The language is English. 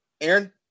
Aaron